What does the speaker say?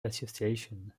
association